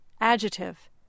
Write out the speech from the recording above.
Adjective